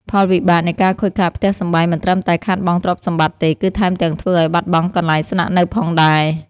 ផលវិបាកនៃការខូចខាតផ្ទះសម្បែងមិនត្រឹមតែខាតបង់ទ្រព្យសម្បត្តិទេ គឺថែមទាំងធ្វើឱ្យបាត់បង់កន្លែងស្នាក់នៅផងដែរ។